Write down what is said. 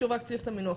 שוב רק צריך את המינוח,